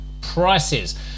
prices